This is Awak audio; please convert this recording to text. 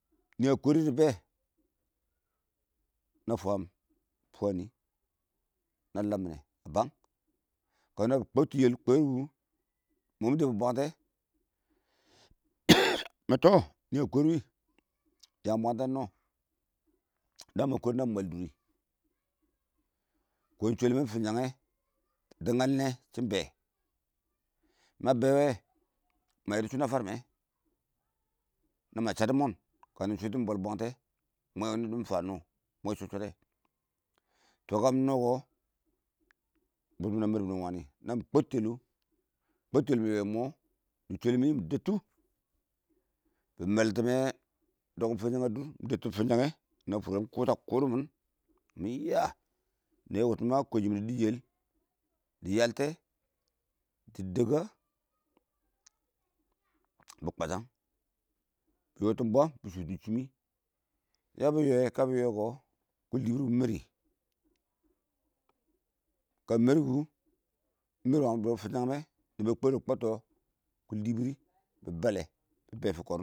nɪ a kodʊ dɪ bɛ na fam fwanin na lammina a bang kamɪ nwa bɪ kwantʊ yɛl kw5r kʊ, mɔ mɪ dɛbbi bwatɛ mɪ tɔ nɪ a kwər wɪɪn mɪ yang bwantɛ ingnɔ dama a kwər nabi mwaldɔ dʊnni kɔn shɔli mɪ iɪng fʊnshɛngɛ dɪ ngalinɛ shɪn bɛ ma be wɛ ma yidi shʊn na farmɛ nama choddɔ mɔn kantʊ iɪng shwiti mɪn bwatɛ dini fan ingns mwɛ shɔd shddɛ tɔ kanɪ nɔkɔ bʊttʊ mɪn a mar mɪ wani nami kɔttʊ yɛl wʊ mɪ kɔttu yɛlwʊ bɪ yɔyɛ mɔmi dɛttʊ shwali. mɪ dʊ bɪ malnitimɛ dongʊn fʊnshɛngɛ a dʊr dongin fʊnshɛnge dɪ fʊnshɛ ngɛ mɪ nʊta kʊdʊ mɪn mɪ ya nɛɛ wʊtʊm a kwən shɪ mini dine yɛl, dɪ yaltɛ dɪ dəngkə bɪ kwashag yɔttin bwan bɪ shʊtʊ shʊmi yabɪ yɔyɛ kabɪ yɛ yɛ kɔ kuldi wʊrʊ mɪ man kə mɪ mari kʊ niba kwər dɪ kwatʊ yɛlshiyɛ mɔ shʊbbi wangɪn bwɛl fʊn shɛngɛ mɛ kʊl dɪbɪr dɪ ballɛ dibɛ fiim tɔ